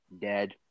dead